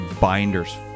binders